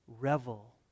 revel